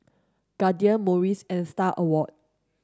Guardian Morries and Star Awards